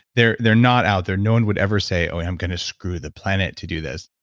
they're they're not out there. no one would ever say i'm going to screw the planet to do this.